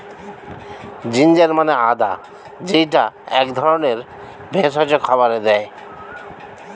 ginger মানে আদা যেইটা এক ধরনের ভেষজ খাবারে দেয়